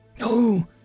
Oh